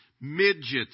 midgets